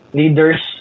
leaders